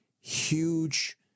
huge